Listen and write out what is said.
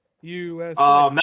USA